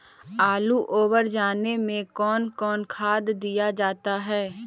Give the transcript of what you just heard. आलू ओवर जाने में कौन कौन सा खाद दिया जाता है?